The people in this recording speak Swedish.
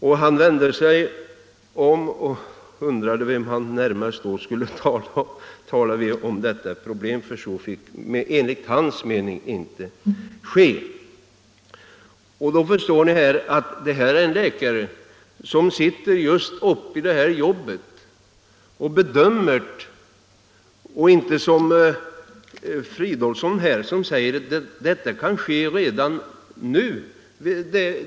Läkaren vände sig om och undrade vem han närmast skulle tala med om detta problem, för enligt hans mening fick reservationen inte vinna. Detta anser alltså en läkare, som i sitt jobb sysslar med detta problem och kan bedöma det och som inte i likhet med herr Fridolfsson hävdar att förtidspension redan nu i vissa fall kan beviljas.